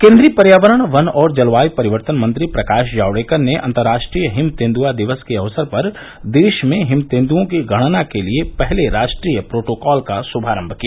केन्द्रीय पर्यावरण वन और जलवायू परिवर्तन मंत्री प्रकाश जावड़ेकर ने अंतरराष्ट्रीय हिम तेंद्आ दिवस के अवसर पर देश में हिम तेंदुओं की गणना के लिए पहले राष्ट्रीय प्रोटोकॉल का शुभारंभ किया